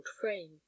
frame